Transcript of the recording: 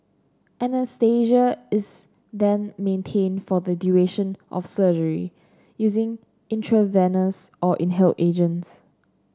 anaesthesia is then maintained for the duration of surgery using intravenous or inhaled agents